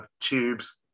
tubes